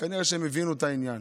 כנראה שהם הבינו את העניין.